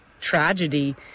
tragedy